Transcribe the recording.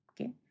Okay